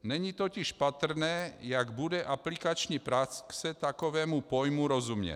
Není totiž patrné, jak bude aplikační praxe takovému pojmu rozumět.